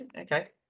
okay